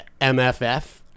MFF